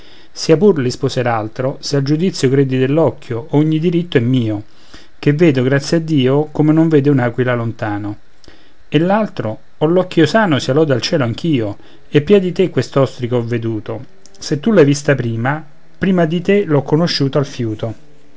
sia pur rispose l'altro se al giudizio credi dell'occhio ogni diritto è mio che vedo grazie a dio come non vede un'aquila lontano e l'altro ho l'occhio sano sia lode al cielo anch'io e pria di te quest'ostrica ho veduto se tu l'hai vista prima prima di te l'ho conosciuta al fiuto